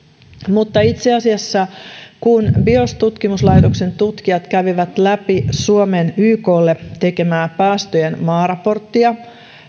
mutta itse asiassa kun bios tutkimuslaitoksen tutkijat kävivät läpi suomen yklle tekemää päästöjen maaraporttia